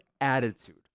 attitude